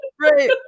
right